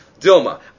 Dilma